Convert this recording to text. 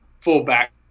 fullback